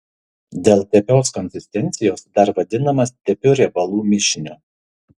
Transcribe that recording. dėl tepios konsistencijos dar vadinamas tepiu riebalų mišiniu